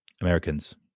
americans